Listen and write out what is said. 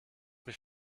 mich